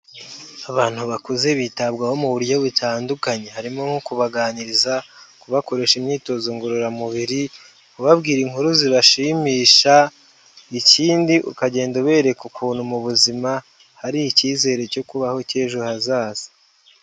Abantu bakuze bitabwaho mu buryo butandukanye, harimo nko kubaganiriza, kubakoresha imyitozo ngororamubiri, kubabwira inkuru zibashimisha, ikindi ukagenda ubereka ukuntu mu buzima hari icyizere cyo kubaho cy'ejo hazaza.